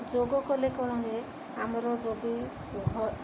ଯୋଗ କଲେ କଣ ହୁଏ ଆମର ଯଦି ଦେହ